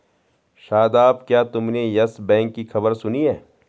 शादाब, क्या तुमने Yes Bank की खबर सुनी है?